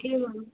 एवं